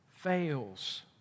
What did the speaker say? fails